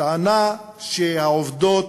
טענה שהעובדות